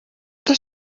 does